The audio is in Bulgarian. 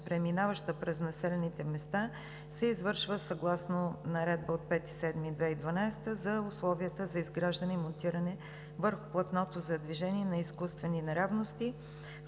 преминаваща през населените места, се извършва съгласно Наредба от 5 юли 2012 г. за условията за изграждане и монтиране върху платното за движение на изкуствени неравности.